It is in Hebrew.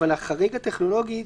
החריג הטכנולוגי,